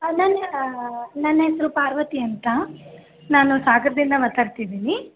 ಹಾಂ ನನ್ನ ನನ್ನ ಹೆಸರು ಪಾರ್ವತಿ ಅಂತ ನಾನು ಸಾಗರದಿಂದ ಮಾತಾಡ್ತಿದ್ದೀನಿ